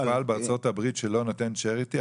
מפעל בארצות הברית שלא נותן צ'ריטי,